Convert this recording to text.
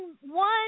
one